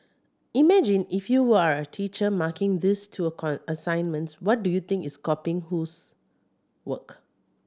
imagine if you are a teacher marking these two assignments who do you think is copying whose work